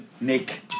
nick